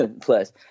plus